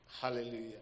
Hallelujah